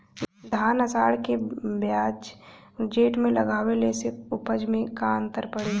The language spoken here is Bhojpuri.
धान आषाढ़ के बजाय जेठ में लगावले से उपज में का अन्तर पड़ी?